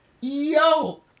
Yo